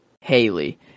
Haley